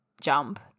jump